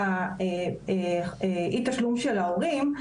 לאי תשלום של ההורים.